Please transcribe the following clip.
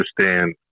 understand